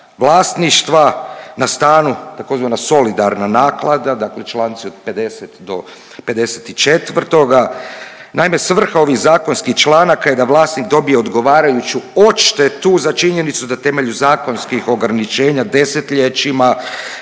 vlasništva na stanu tzv. solidarna naknada dakle čl. od 50 do 54. Naime svrha ovih zakonskih članaka je da vlasnik dobije odgovarajuću odštetu za činjenicu da temeljem zakonskih ograničenja desetljećima